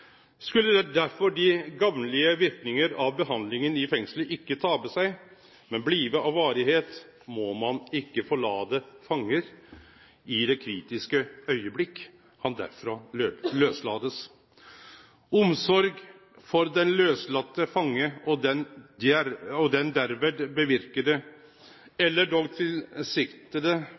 Skulle derfor de gavnlige Virkninger af Behandlingen i Fængslet ikke tabe sig, men blive af Varighed, maa man ikke forlade Fangen i det kritiske Øieblik, han derfra løslades. Omsorg for den løsladte Fange og den